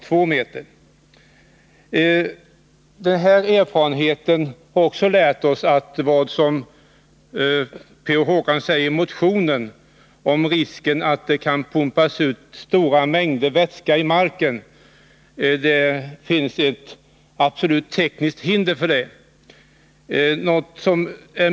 P. O. Håkansson talar i motionen om risken för att stora mängder vätska kan pumpas ut i marken. Erfarenheterna har lärt oss att det finns ett tekniskt hinder för detta.